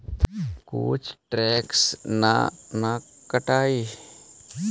कुछ टैक्स ना न कटतइ?